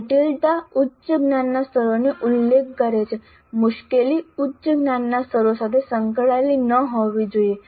જટિલતા ઉચ્ચ જ્ઞાનના સ્તરોનો ઉલ્લેખ કરે છે મુશ્કેલી ઉચ્ચ જ્ઞાનના સ્તરો સાથે સંકળાયેલી ન હોવી જોઈએ